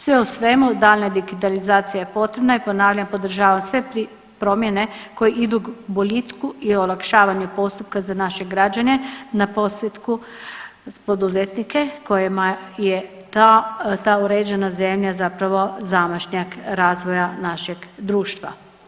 Sve u svemu daljnja digitalizacija je potrebna i ponavljam podržavam sve promjene koje idu k boljitku i olakšavanju postupka za naše građane na … [[Govornik se ne razumije]] poduzetnike kojima je ta, ta uređena zemlja zapravo zamašnjak razvoja našeg društva.